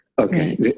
Okay